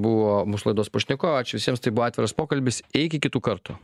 buvo mūsų laidos pašnekovai ačiū visiems tai buvo atviras pokalbis iki kitų kartų